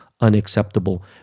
unacceptable